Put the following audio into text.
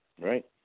right